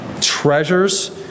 treasures